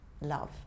love